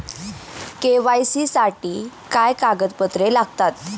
KYC साठी काय कागदपत्रे लागतात?